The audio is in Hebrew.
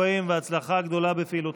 ברוכים הבאים, והצלחה גדולה בפעילותכם.